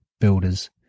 builders